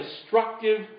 destructive